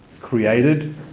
created